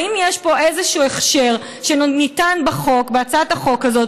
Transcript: האם יש פה איזשהו הכשר שניתן בהצעת החוק הזאת